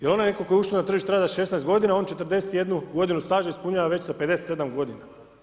I onaj netko tko je ušao na tržište rada sa 16 godina, on 41 godinu staža ispunjava već sa 57 godina.